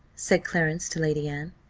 said clarence to lady anne.